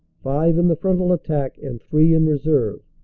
five in the frontal attack and three in reserve.